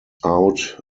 out